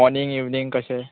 morning evening कशें